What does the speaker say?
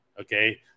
Okay